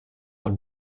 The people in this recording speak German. und